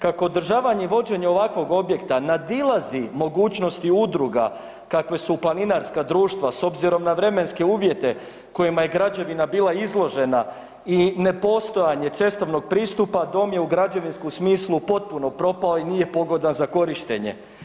Kako održavanje i vođenje ovakvog objekta nadilazi mogućnosti udruga kakve su planinarska društva s obzirom na vremenske uvjete kojima je građevina bila izložena i nepostojanje cestovnog pristupa dom je u građevinskom smislu potpuno propao i nije pogodan za korištenje.